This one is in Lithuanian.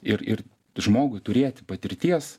ir ir žmogui turėti patirties